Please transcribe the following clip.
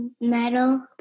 metal